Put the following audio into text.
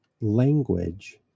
language